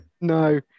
No